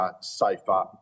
safer